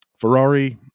Ferrari